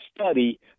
study